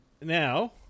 now